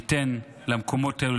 ייתן למקומות האלה,